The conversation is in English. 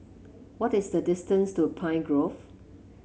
what is the distance to Pine Grove